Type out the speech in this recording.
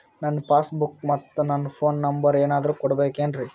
ನನ್ನ passbook ಮತ್ ನನ್ನ ಫೋನ್ ನಂಬರ್ ಏನಾದ್ರು ಕೊಡಬೇಕೆನ್ರಿ?